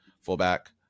fullback